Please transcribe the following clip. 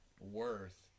worth